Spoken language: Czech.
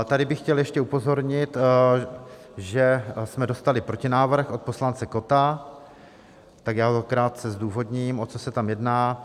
Tady bych chtěl ještě upozornit, že jsme dostali protinávrh od poslance Kotta, tak já krátce zdůvodním, o co se tam jedná.